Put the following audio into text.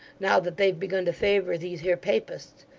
now that they've begun to favour these here papists,